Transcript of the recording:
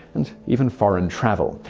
and even foreign travel.